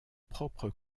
propre